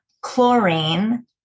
chlorine